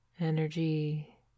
energy